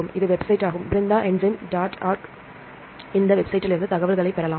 இது வெப்சைட் ஆகும் BRENDA enzyme dot org இந்த வெப்சைட்டில்லிருந்து தகவல்களைப் பெறலாம்